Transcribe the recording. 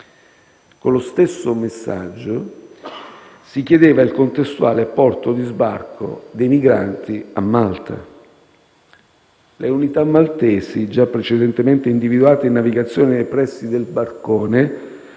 Con lo stesso messaggio si chiedeva il contestuale porto di sbarco dei migranti a Malta. Le unità maltesi, già precedentemente individuate in navigazione nei pressi del barcone,